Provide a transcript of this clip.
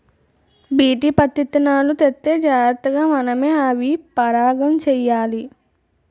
BT పత్తిత్తనాలు తెత్తే జాగ్రతగా మనమే అవి పరాగం చెయ్యాలి